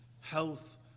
health